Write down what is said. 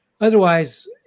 otherwise